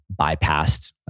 bypassed